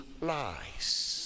lies